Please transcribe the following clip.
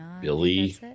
Billy